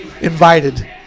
invited